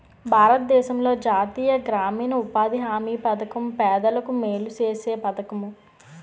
భారతదేశంలో జాతీయ గ్రామీణ ఉపాధి హామీ పధకం పేదలకు మేలు సేసే పధకము